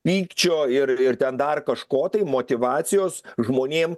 pykčio ir ir ten dar kažko tai motyvacijos žmonėm